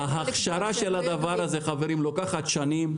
ההכשרה של הדבר הזה אורכת שנים?